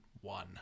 one